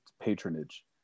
patronage